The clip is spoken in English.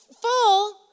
full